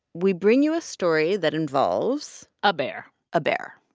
we bring you a story that involves. a bear. a bear,